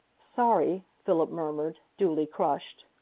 sorry, philip murmured, duly crushed.